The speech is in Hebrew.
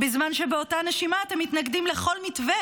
בזמן שבאותה נשימה אתם מתנגדים לכל מתווה